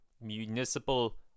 municipal